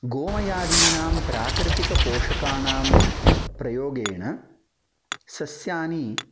गोमयादीनां प्राकृतिकपोषकाणां प्रयोगेण सस्यानि